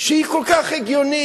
שהיא כל כך הגיונית.